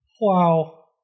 Wow